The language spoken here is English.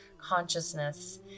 consciousness